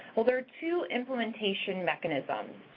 well, there are two implementation mechanisms.